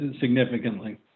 significantly